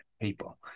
people